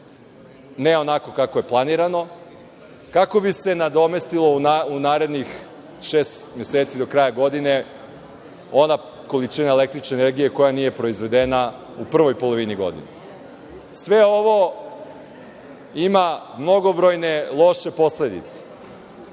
ne onako kako je planirano, kako bi se nadomestilo u narednih šest meseci do kraja godine količina električne energije koja nije proizvedena u prvoj polovini godine. Sve ovo ima mnogobrojne loše posledice.